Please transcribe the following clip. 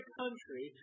country